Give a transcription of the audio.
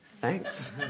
Thanks